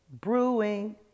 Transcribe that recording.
brewing